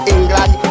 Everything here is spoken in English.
England